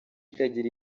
itagira